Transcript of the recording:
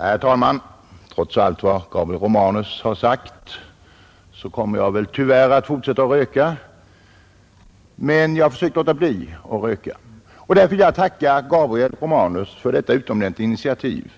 Herr talman! Trots allt vad Gabriel Romanus har sagt kommer jag väl tyvärr att fortsätta att röka. Men jag har försökt låta bli, och det är därför jag vill tacka Gabriel Romanus för detta utomordentligt goda initiativ.